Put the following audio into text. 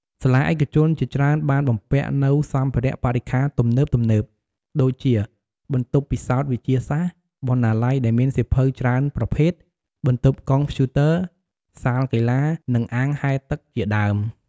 សាលាឯកជនជាច្រើនបានបំពាក់នូវ សម្ភារៈបរិក្ខារទំនើបៗ ដូចជា បន្ទប់ពិសោធន៍វិទ្យាសាស្ត្រ បណ្ណាល័យដែលមានសៀវភៅច្រើនប្រភេទ បន្ទប់កុំព្យូទ័រ សាលកីឡា និងអាងហែលទឹកជាដើម។